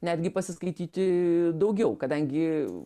netgi pasiskaityti daugiau kadangi